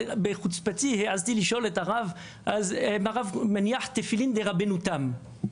כשהעזתי לשאול את הרב אם הרב מניח תפילין דרבנו תם,